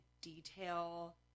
detail